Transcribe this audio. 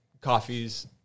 coffees